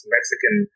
Mexican